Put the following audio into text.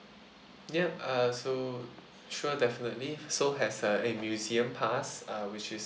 yup uh so sure definitely seoul has uh a museum pass uh which is